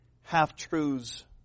half-truths